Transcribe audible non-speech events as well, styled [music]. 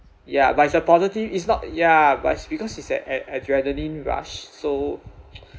ya but it's a positive it's not ya but it's because it's an a~ adrenaline rush so [noise]